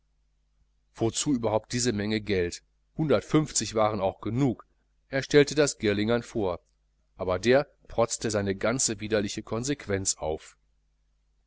wozu überhaupt diese menge geld hundertfünfzig waren auch genug er stellte das girlingern vor aber der protzte seine ganze widerliche konsequenz auf